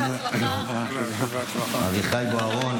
אביחי בוארון,